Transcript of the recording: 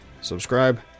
Subscribe